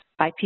IP